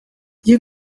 you